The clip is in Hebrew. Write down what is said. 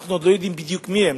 אנחנו עוד לא יודעים בדיוק מיהם.